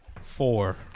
Four